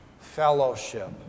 fellowship